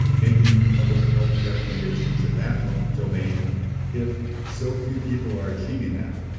making public health recommendations in that domain if so few people are achieving that.